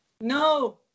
No